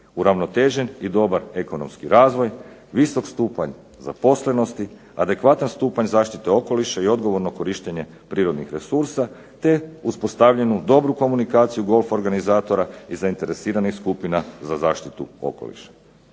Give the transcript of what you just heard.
uravnotežen i dobar ekonomski razvoj, visok stupanj zaposlenosti, adekvatan stupanj zaštite okoliša i odgovorno korištenje prirodnih resursa, te uspostavljenu dobru komunikaciju golf organizatora i zainteresiranih skupina za zaštitu okoliša.